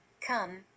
Come